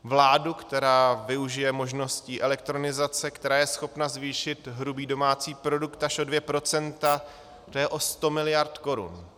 Vládu, která využije možností elektronizace, která je schopna zvýšit hrubý domácí produkt až o 2 %, to je o 100 miliard korun.